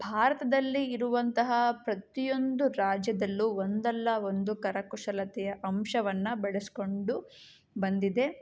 ಭಾರತದಲ್ಲಿ ಇರುವಂತಹ ಪ್ರತಿಯೊಂದು ರಾಜ್ಯದಲ್ಲು ಒಂದಲ್ಲ ಒಂದು ಕರಕುಶಲತೆಯ ಅಂಶವನ್ನು ಬೆಳೆಸಿಕೊಂಡು ಬಂದಿದೆ